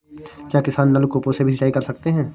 क्या किसान नल कूपों से भी सिंचाई कर सकते हैं?